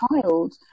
child